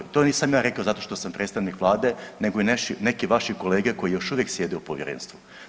To nisam ja rekao zato što sam predstavnik Vlade, nego i neki vaši kolege koji još uvijek sjede u Povjerenstvu.